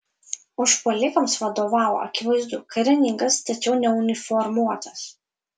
užpuolikams vadovavo akivaizdu karininkas tačiau neuniformuotas